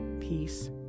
peace